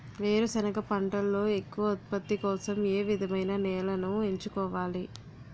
వేరుసెనగ పంటలో ఎక్కువ ఉత్పత్తి కోసం ఏ విధమైన నేలను ఎంచుకోవాలి?